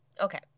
Okay